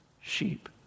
sheep